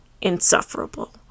insufferable